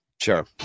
Sure